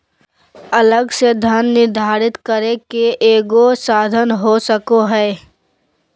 अलग से धन निर्धारित करे के एगो साधन हो सको हइ